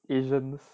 asians